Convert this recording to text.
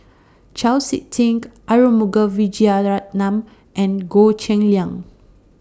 Chau Sik Ting Arumugam Vijiaratnam and Goh Cheng Liang